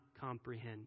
comprehend